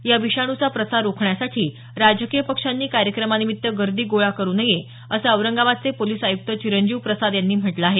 या विषाणूचा प्रसार रोखण्यासाठी राजकीय पक्षांनी कार्यक्रमानिमित्त गर्दी गोळा करु नये असं औरंगाबादचे पोलिस आयुक्त चिरंजीव प्रसाद यांनी म्हटलं आहे